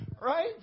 Right